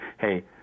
hey